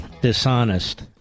dishonest